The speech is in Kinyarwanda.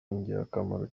ingirakamaro